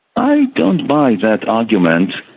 i don't buy that argument.